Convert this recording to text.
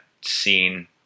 scene